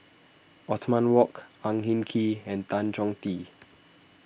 Othman Wok Ang Hin Kee and Tan Chong Tee